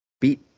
beat